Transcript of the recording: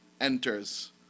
enters